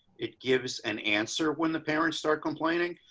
it gives an answer. when the parents start complaining.